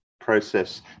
process